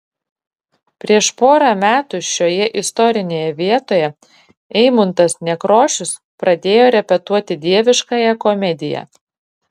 prieš porą metų šioje istorinėje vietoje eimuntas nekrošius pradėjo repetuoti dieviškąją komediją